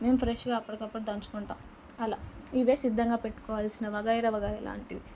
మేము ఫ్రెష్గా అప్పటికప్పుడు దంచుకుంటాము అలా ఇవే సిద్ధంగా పెట్టుకోవాలసిన వగైరా వగైరా లాంటివి